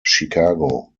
chicago